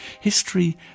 History